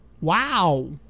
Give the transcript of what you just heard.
Wow